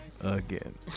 again